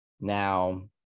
Now